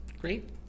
great